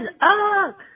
up